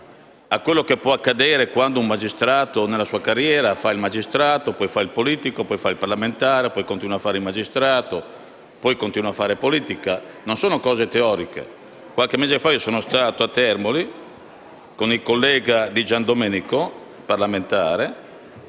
a quanto può accadere quando un magistrato, nel corso della sua carriera, fa il magistrato, poi il politico, il parlamentare, quindi continua a fare il magistrato e poi continua a fare il politico. Non sono questioni teoriche. Qualche mese fa sono stato a Termoli, con il collega Di Giandomenico, parlamentare,